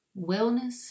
Wellness